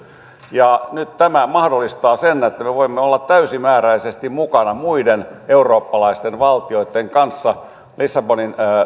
nyt tämä mahdollistaa sen että me voimme olla täysimääräisesti mukana muiden eurooppalaisten valtioitten kanssa lissabonin